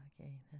Okay